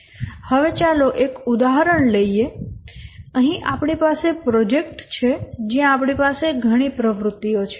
હવે ચાલો એક ઉદાહરણ લઈએ અહીં આપણી પાસે પ્રોજેક્ટ છે જ્યાં આપણી પાસે ઘણી પ્રવૃત્તિઓ છે